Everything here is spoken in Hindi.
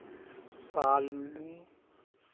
साल में